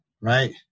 right